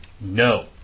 No